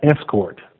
Escort